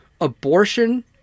Abortion